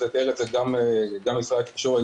תיאר את זה גם ממשרד התקשורת,